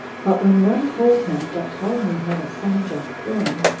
but when one told him that ptolemy had a son just born,